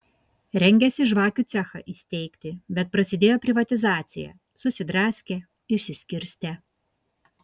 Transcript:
rengėsi žvakių cechą įsteigti bet prasidėjo privatizacija susidraskė išsiskirstė